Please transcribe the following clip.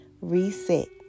Reset